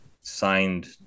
signed